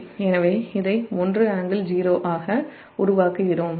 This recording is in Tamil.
எனவே இதை 1∟0 ஆக உருவாக்குகிறோம்